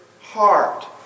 heart